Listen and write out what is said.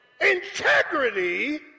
Integrity